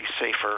safer